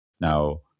Now